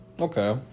Okay